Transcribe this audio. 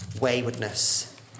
waywardness